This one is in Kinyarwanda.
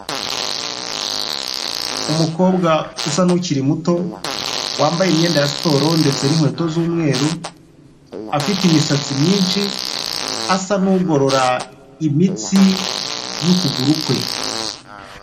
Umukobwa usa n'ukiri muto, wambaye imyenda ya siporo ndetse n'inkweto z'umweru, afite imisatsi myinshi, asa n'ugorora imitsi y'ukuguru kwe.